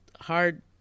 hard